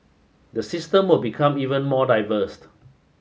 the system will become even more diverse